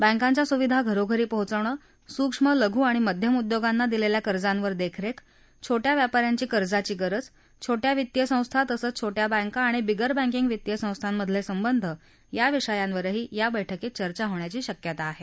बँकांच्या सुविधा घरोघरी पोहोचवणं सूक्ष्म लघु आणि मध्यम उद्योगांना दिलेल्या कर्जांवर देखरेख छोट्या व्यापाऱ्यांची कर्जांची गरज छोट्या वित्तीय संस्था तसंच छोट्या बँका आणि बिगर बँकिंग वित्तीय संस्थांमधले संबंध या विषयांवरही या बैठकीत चर्चा होण्याची शक्यता आहे